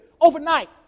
overnight